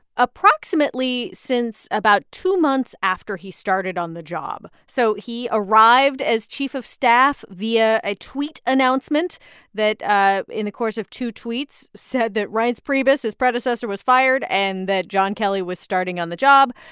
approximately since about two months after he started on the job. so he arrived as chief of staff via a tweet announcement that, ah in the course of two tweets, said that reince priebus, his predecessor, was fired and that john kelly was starting on the job.